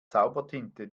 zaubertinte